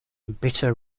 bitter